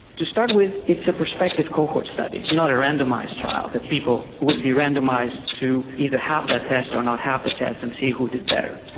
to start with it's a prospective cohort study, it's not a randomised trial that people would be randomised to either have that test or not have the test and see who did better.